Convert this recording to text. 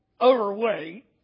overweight